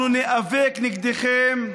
אנחנו ניאבק נגדכם,